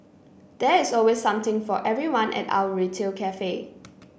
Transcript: there is always something for everyone at our retail cafe